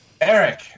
Eric